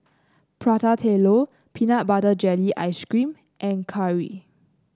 Prata Telur Peanut Butter Jelly Ice cream and curry